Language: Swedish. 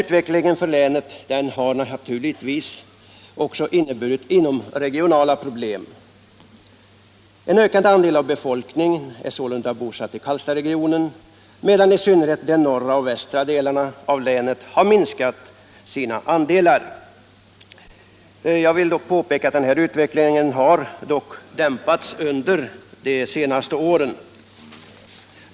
Utvecklingen i länet har också inneburit inomregionala problem. En ökande andel av befolkningen är bosatt i Karlstadsregionen, medan i synnerhet de norra och västra delarna av länet har minskat sina andelar. Jag vill dock påpeka att denna utveckling har dämpats under de senaste åren.